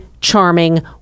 charming